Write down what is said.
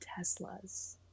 Teslas